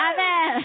Amen